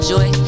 Joy